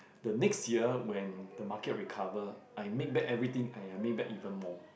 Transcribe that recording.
the next year when the market recover I make back everything I make back even more